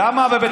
אבל למה חדרי